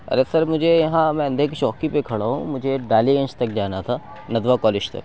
ارے sir مجھے یہاں میں اندھے کی چوکی پہ کھڑا ہوں مجھے ڈالی گنج تک جانا تھا ندوہ کالج تک